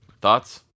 Thoughts